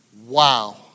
Wow